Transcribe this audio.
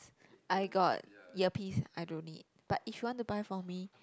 I got earpiece I don't need but if you want to buy for me